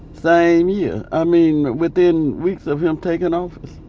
same year. i mean, within weeks of him taking office,